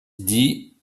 dit